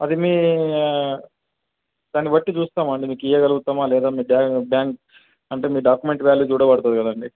అది మీ దాన్ని బట్టి చూస్తామండి మీకు ఇవ్వగలుగుతామా లేదా అంటే మీ డాక్యుమెంట్ వ్యాల్యూ చూడబడుతుంది కదండి